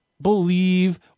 believe